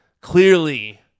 Clearly